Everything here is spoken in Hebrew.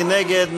מי נגד?